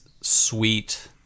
sweet